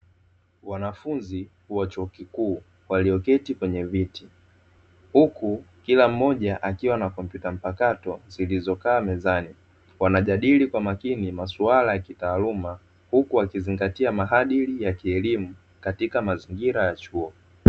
Wanafunzi wa chuo kikuu walioketi kwenye viti huku kila mmoja akiwa na kompyuta mpakato zilizokaa mezani, wanajadili kwa makini masuala ya kitaaluma huku wakizingatia maadili ya kielimu katika mazingira ya chuo.